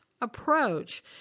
approach